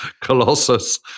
Colossus